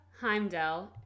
Heimdall